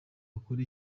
wakora